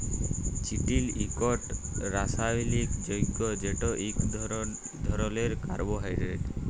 চিটিল ইকট রাসায়লিক যগ্য যেট ইক ধরলের কার্বোহাইড্রেট